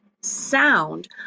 sound